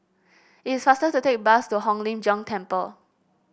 it is faster to take a bus to Hong Lim Jiong Temple